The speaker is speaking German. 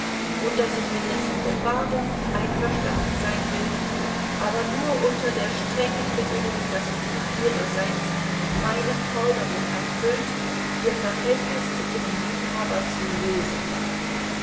und daß ich mit dessen bewahrung einverstanden sein will aber nur unter der strengen bedingung daß sie ihrerseits meine forderung erfüllt ihr verhältnis zu ihrem liebhaber zu lösen